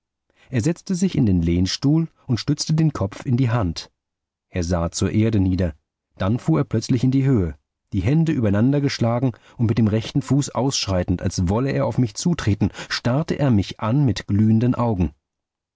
er setzte sich in den lehnstuhl und stützte den kopf in die hand er sah zur erde nieder dann fuhr er plötzlich in die höhe die hände übereinandergeschlagen und mit dem rechten fuß ausschreitend als wolle er auf mich zutreten starrte er mich an mit glühenden augen